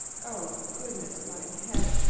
oh, goodness, my head!